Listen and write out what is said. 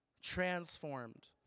transformed